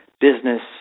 business